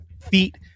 Feet